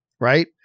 Right